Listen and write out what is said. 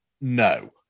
no